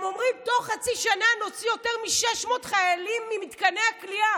הם אומרים: תוך חצי שנה נוציא יותר מ-600 חיילים ממתקני הכליאה.